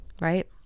right